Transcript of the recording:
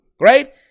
Right